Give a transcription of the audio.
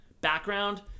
Background